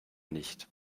nicht